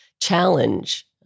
challenge